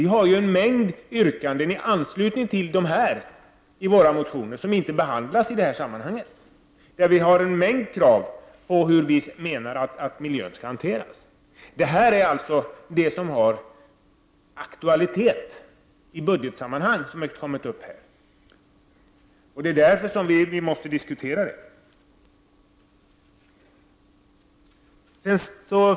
Vi har i våra motioner i anslutning till detta förslag många yrkanden som inte behandlas i detta sammanhang och där vi har en mängd krav på hur miljön skall hanteras. Mycket av det är sådant som har aktualitet i budgetsammanhang. Därför måste vi diskutera det nu.